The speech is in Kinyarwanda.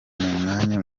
mwanya